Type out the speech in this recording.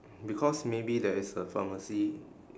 because maybe there is a pharmacy